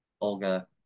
Olga